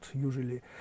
usually